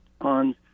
on